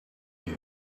you